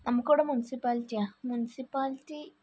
നമുക്ക് ഇവിടെ മുനിസിപ്പാലിറ്റിയാണ് മുനിസിപ്പാലിറ്റി